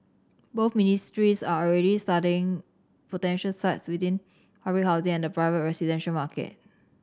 both ministries are already studying potential sites within public housing and the private residential market